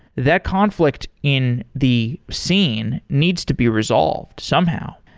that conflict in the scene needs to be resolved somehow.